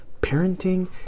Parenting